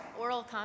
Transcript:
Oral